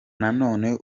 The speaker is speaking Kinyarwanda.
nanone